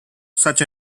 such